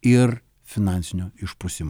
ir finansinio išprusimo